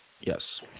yes